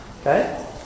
Okay